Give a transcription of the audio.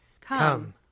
Come